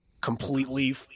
completely